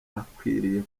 akwiriye